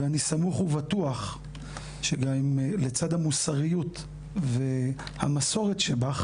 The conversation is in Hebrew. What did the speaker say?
ואני סמוך ובטוח שגם לצד המוסריות והמסורת שבך